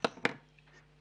בבקשה.